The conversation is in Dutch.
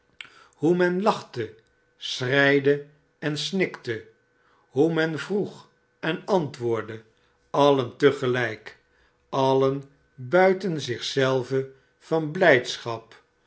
hoe men lachte schreide en snikte hoe men vroeg en antwoordde alien te gelijk alien buiten zich zelven van blijdschap